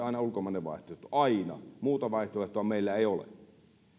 aina ulkomainen vaihtoehto aina muuta vaihtoehtoa meillä ei ole